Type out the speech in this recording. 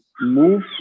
move